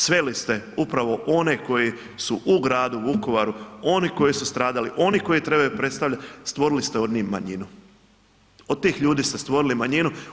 Sveli ste upravo one koji su u gradu Vukovaru oni koji su stradali oni koji trebaju predstavljati, stvorili ste od njih manjinu, od tih ljudi ste stvorili manjinu.